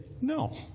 No